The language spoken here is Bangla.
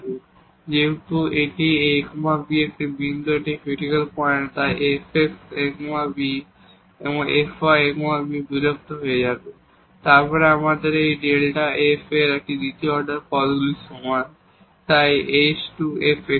Δf h fx a bk fy a b12h2fxx2 hk fxyk2fkk a b যেহেতু এটি a b একটি বিন্দু একটি ক্রিটিকাল পয়েন্ট তাই fx a b এবং fy a b বিলুপ্ত হয়ে যাবে এবং তারপরে আমাদের এই Δ f এই দ্বিতীয় অর্ডার পদগুলির সমান তাই h2fxx